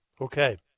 Okay